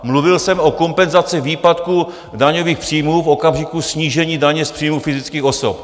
Mluvil jsem o kompenzaci výpadku daňových příjmů v okamžiku snížení daně z příjmu fyzických osob.